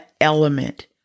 element